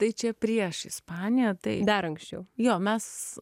tai čia prieš ispaniją tai dar anksčiau jo mes